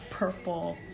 purple